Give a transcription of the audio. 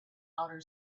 outer